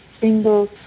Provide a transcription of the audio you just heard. single